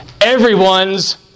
Everyone's